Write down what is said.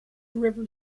river